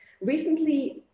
recently